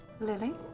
Lily